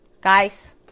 guys